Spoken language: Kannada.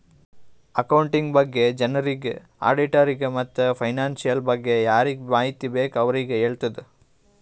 ಅಕೌಂಟಿಂಗ್ ಬಗ್ಗೆ ಜನರಿಗ್, ಆಡಿಟ್ಟರಿಗ ಮತ್ತ್ ಫೈನಾನ್ಸಿಯಲ್ ಬಗ್ಗೆ ಯಾರಿಗ್ ಮಾಹಿತಿ ಬೇಕ್ ಅವ್ರಿಗ ಹೆಳ್ತುದ್